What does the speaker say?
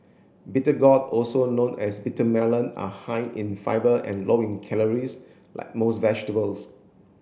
bitter gourd also known as bitter melon are high in fibre and low in calories like most vegetables